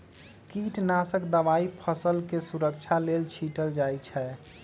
कीटनाशक दवाई फसलके सुरक्षा लेल छीटल जाइ छै